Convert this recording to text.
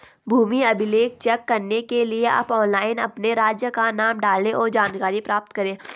भूमि अभिलेख चेक करने के लिए आप ऑनलाइन अपने राज्य का नाम डालें, और जानकारी प्राप्त करे